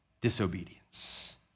disobedience